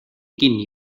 kinni